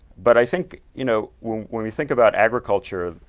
but i think you know when when we think about agriculture,